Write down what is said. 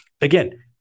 Again